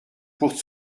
pour